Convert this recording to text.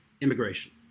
immigration